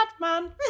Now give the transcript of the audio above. Batman